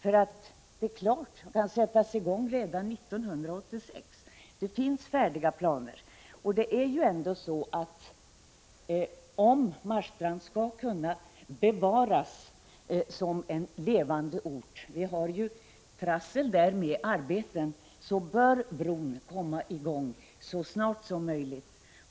Detta är klart att sättas i gång redan 1986; det finns färdiga planer för det. Om Marstrand skall kunna bevaras som en levande ort — vi har som bekant problem med att skapa arbetstillfällen — bör brobygget komma i gång så snart som möjligt.